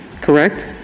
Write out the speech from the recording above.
correct